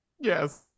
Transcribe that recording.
Yes